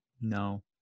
No